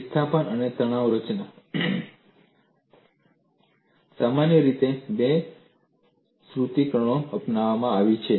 વિસ્થાપન અને તણાવ રચનાં સામાન્ય રીતે બે સૂત્રીકરણો અપનાવવામાં આવે છે